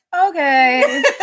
okay